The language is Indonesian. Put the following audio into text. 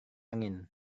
angin